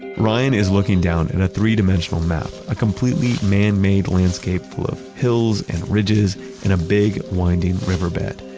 ryan is looking down in a three-dimensional map, a completely manmade landscape full of hills and ridges and a big winding riverbed.